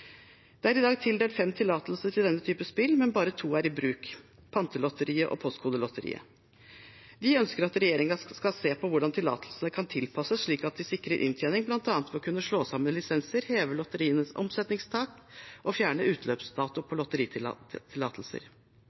Det er i dag tildelt fem tillatelser til denne type spill, men bare to er i bruk: Pantelotteriet og Postkodelotteriet. De ønsker at regjeringen skal se på hvordan tillatelsene kan tilpasses slik at de sikrer inntjening, bl.a. ved å kunne slå sammen lisenser, heve lotterienes omsetningstak og fjerne utløpsdato på